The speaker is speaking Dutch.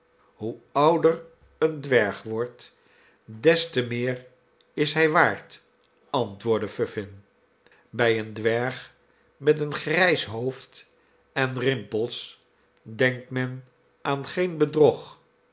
hoe ouder een dwerg wordt des te meer is hij waard antwoordde vuffin bij een dwerg met een grijs hoofd en rimpels denkt men aan geen bedrog